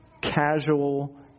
casual